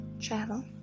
travel